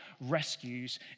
rescues